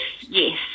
yes